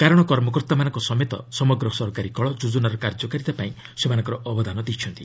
କାରଣ କର୍ମକର୍ତ୍ତାମାନଙ୍କ ସମେତ ସମଗ୍ର ସରକାରୀ କଳ ଯୋଜନାର କାର୍ଯ୍ୟକାରିତା ପାଇଁ ସେମାନଙ୍କର ଅବଦାନ ଦେଇଛନ୍ତି